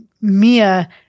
Mia